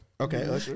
Okay